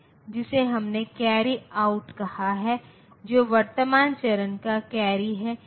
इसलिए सबसे पहले मुझे 55 का बाइनरी प्रतिनिधित्व लेना होगा